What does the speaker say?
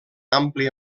àmplia